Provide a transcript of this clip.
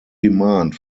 demand